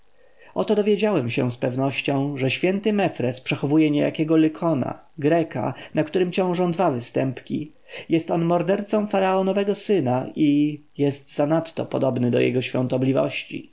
oto dowiedziałem się z pewnością że święty mefres przechowuje niejakiego lykona greka na którym ciążą dwa występki jest on mordercą faraonowego syna i jest zanadto podobny do jego świątobliwości